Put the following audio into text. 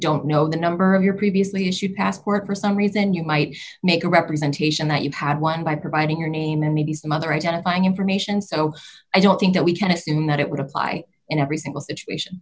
don't know the number of your previously is your passport for some reason you might make a representation that you've had one by providing your name and maybe some other identifying information so i don't think that we can assume that it would apply in every single situation